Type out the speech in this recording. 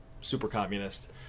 super-communist